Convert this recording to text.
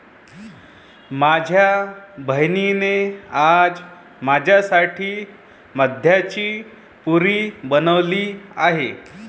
माझ्या बहिणीने आज माझ्यासाठी मैद्याची पुरी बनवली आहे